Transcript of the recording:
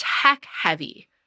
tech-heavy